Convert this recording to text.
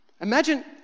Imagine